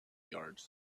yards